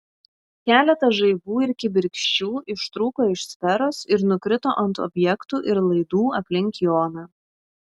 keletas žaibų ir kibirkščių ištrūko iš sferos ir nukrito ant objektų ir laidų aplink joną